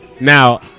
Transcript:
Now